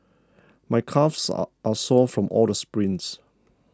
my calves are sore from all the sprints